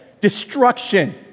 destruction